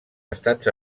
estats